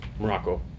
Morocco